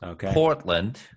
Portland